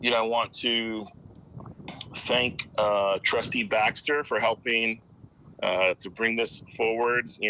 you know i want to thank trustee baxter for helping to bring this forward.